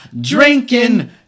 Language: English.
drinking